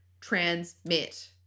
transmit